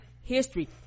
history